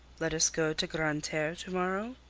let us go to grande terre to-morrow?